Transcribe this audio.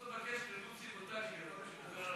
צריך לבקש תרגום סימולטני לערבית.